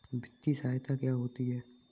वित्तीय सहायता क्या होती है?